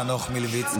חנוך מלביצקי?